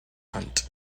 hunt